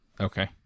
Okay